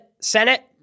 Senate